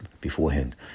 beforehand